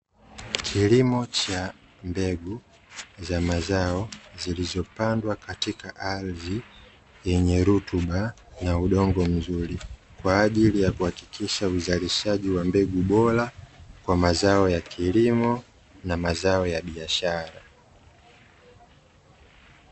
Kilimo cha mbegu za mazao zilizopandwa katika ardhi yenye rutuba na udongo mzuri, kwa ajili ya kuhakikisha uzalishaji wa mbegu bora kwa mazao ya kilimo na mazao ya biashara.